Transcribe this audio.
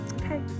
Okay